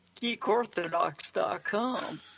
GeekOrthodox.com